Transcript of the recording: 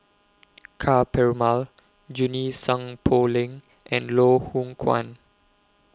Ka Perumal Junie Sng Poh Leng and Loh Hoong Kwan